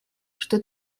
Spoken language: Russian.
что